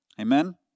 Amen